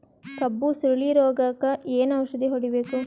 ಕಬ್ಬು ಸುರಳೀರೋಗಕ ಏನು ಔಷಧಿ ಹೋಡಿಬೇಕು?